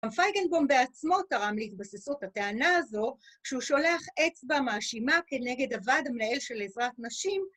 פייגנבום בעצמו תרם להתבססות הטענה הזו כשהוא שולח אצבע מאשימה כנגד הוועד המנהל של עזרת נשים